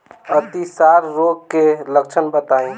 अतिसार रोग के लक्षण बताई?